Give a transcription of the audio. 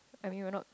I mean we're not